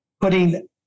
Putting